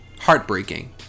heartbreaking